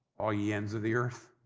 all ye ends of the earth.